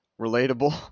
Relatable